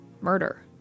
Murder